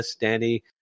Danny